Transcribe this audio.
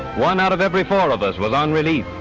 one out of every four of us was on relief.